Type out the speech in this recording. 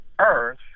earth